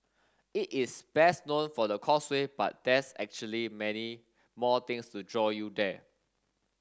it is best known for the Causeway but there's actually many more things to draw you there